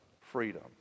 freedom